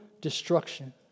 destruction